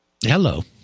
hello